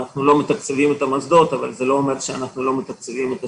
אנחנו לא מתקצבים את המוסדות,